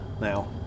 now